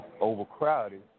overcrowded